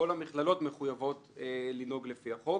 כל המכללות מחויבות לנהוג לפי החוק.